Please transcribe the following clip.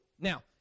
Now